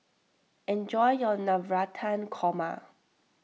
enjoy your Navratan Korma